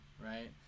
right